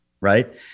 right